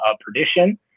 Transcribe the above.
perdition